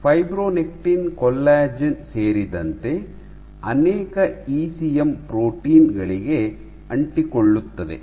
fibronectin collagen ಸೇರಿದಂತೆ ಅನೇಕ ECM protein ಗಳಿಗೆ ಅಂಟಿಕೊಳ್ಳುತ್ತದೆ